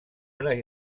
unes